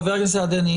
חבר הכנסת סעדי,